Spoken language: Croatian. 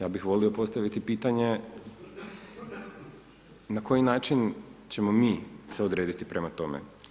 Ja bih volio postaviti pitanje na koji način ćemo mi, se odrediti prema tome.